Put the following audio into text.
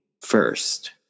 first